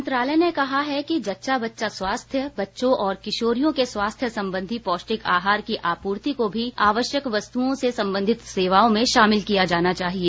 मंत्रालय ने कहा है कि जच्चा बच्चा स्वास्थ्य बच्चों और किशोरियों के स्वास्थ्य संबंधी पौष्टिक आहार की आपूर्ति को भी आवश्यक वस्तुओं से संबंधित सेवाओं में शामिल किया जाना चाहिए